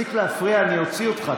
תפסיק להפריע, אני אוציא אותך.